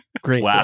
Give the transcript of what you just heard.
Great